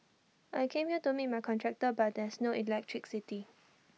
I came here to meet my contractor but there's no electricity